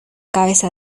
cabeza